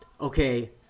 okay